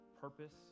purpose